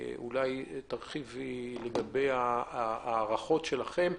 אולי תרחיבי לגבי ההערכות שלכם.